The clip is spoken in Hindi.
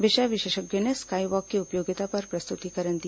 विषय विशेषज्ञों ने स्काई वॉक की उपयोगिता पर प्रस्तुतिकरण दिया